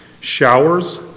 showers